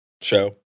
show